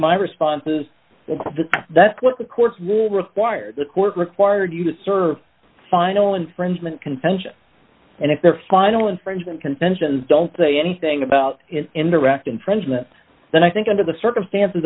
my responses that's what the courts will require the court required you to serve final infringement contention and if their final infringement conventions don't say anything about indirect infringement then i think under the circumstances